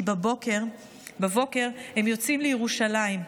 כי בבוקר הם יוצאים לירושלים.